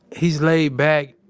he's laid back.